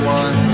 one